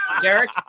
Derek